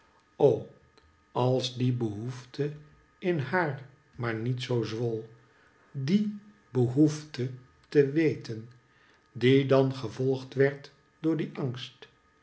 o als die behoefte in haar maar niet zoo zwol die behoefte te weten die dan gevolgd werd door dien angst